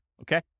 Okay